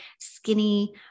skinny